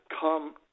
Come